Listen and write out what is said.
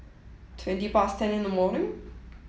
twenty past ten in the morning